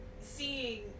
seeing